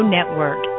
Network